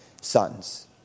sons